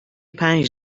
پنج